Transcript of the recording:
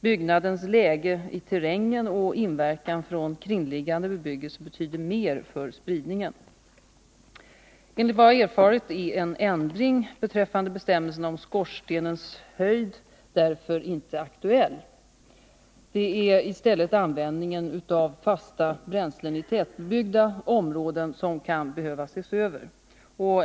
Byggnadens läge i terrängen och inverkan från kringliggande bebyggelse betyder mer för spridningen. Enligt vad jag har erfarit är en ändring beträffande bestämmelserna om skorstenshöjd därför inte aktuell. Det är i stället användningen av fasta bränslen i tätbebyggda områden som kan behöva ses över.